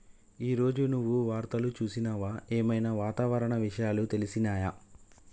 ఈ రోజు నువ్వు వార్తలు చూసినవా? ఏం ఐనా వాతావరణ విషయాలు తెలిసినయా?